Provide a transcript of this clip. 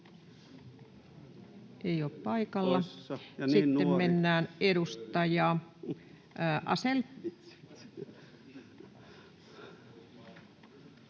ei ole paikalla. — Sitten edustaja